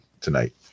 tonight